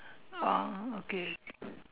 oh okay